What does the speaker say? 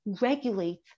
regulates